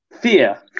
fear